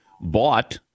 bought